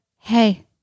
hey